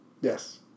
Yes